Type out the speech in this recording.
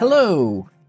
hello